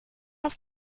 auf